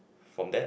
from that